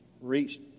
reached